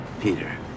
Peter